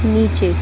नीचे